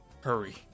Hurry